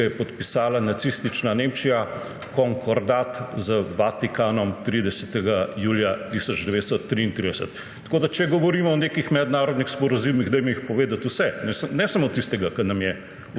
ki ga je podpisala nacistična Nemčija, konkordat z Vatikanom 30. julija 1933. Tako da če govorimo o nekih mednarodnih sporazumih, jih dajmo povedati vse, ne samo tistega, kar nam je